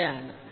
തെറ്റാണ്